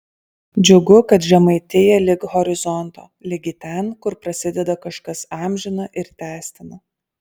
džiugu kad žemaitija lig horizonto ligi ten kur prasideda kažkas amžina ir tęstina